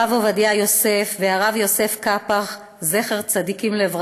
הרב עובדיה יוסף והרב יוסף קאפח, זצ"ל,